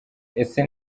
ese